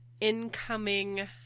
incoming